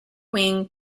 wing